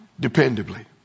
dependably